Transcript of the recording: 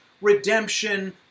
redemption